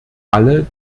alle